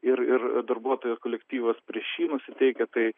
ir ir darbuotojų kolektyvas pieš jį nusiteikia tai